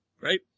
Right